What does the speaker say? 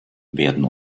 werden